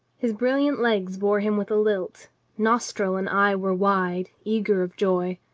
his brilliant legs bore him with a lilt nostril and eye were wide, eager of joy.